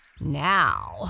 Now